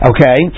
Okay